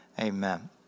amen